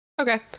Okay